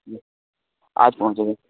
آج پہنچ رہے